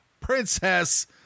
princess